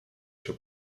się